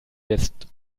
jetzt